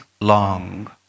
long